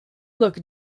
look